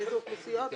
איזה אוכלוסיות,